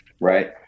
right